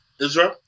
Israel